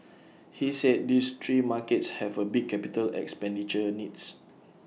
he said these three markets have A big capital expenditure needs